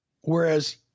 Whereas